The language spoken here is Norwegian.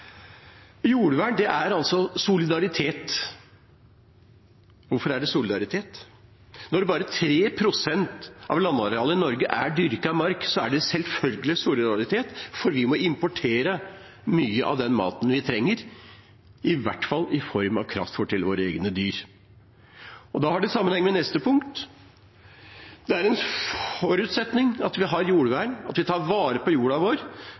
solidaritet. Hvorfor er det solidaritet? Når bare 3 pst. av landarealet i Norge er dyrket mark, er det selvfølgelig solidaritet, for vi må importere mye av den maten vi trenger, i hvert fall i form av kraftfôr til våre egne dyr. Det har sammenheng med neste punkt. Jordvern, at vi tar vare på jorda vår, er en forutsetning for å kunne dyrke mat på